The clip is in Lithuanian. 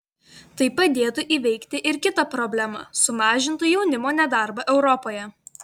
tai padėtų įveikti ir kitą problemą sumažintų jaunimo nedarbą europoje